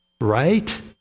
right